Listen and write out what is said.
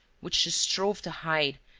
which she strove to hide,